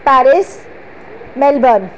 Paris Melbourne